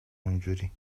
اونجوری